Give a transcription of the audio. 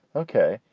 ok,